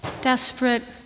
desperate